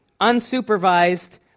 unsupervised